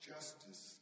Justice